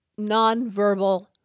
nonverbal